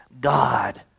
God